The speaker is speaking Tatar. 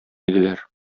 иделәр